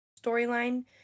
storyline